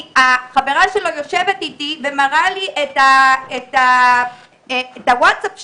חברה שלו יושבת איתי ומראה לי את הווטסאפ שלו,